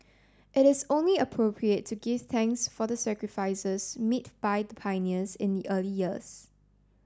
it is only appropriate to give thanks for the sacrifices made by the pioneers in the early years